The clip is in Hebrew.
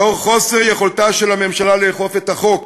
לאור חוסר יכולתה של הממשלה לאכוף את החוק